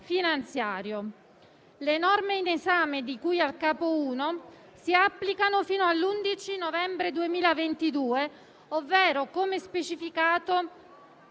Le norme in esame, di cui al capo I, si applicano fino all'11 novembre 2022 ovvero, come specificato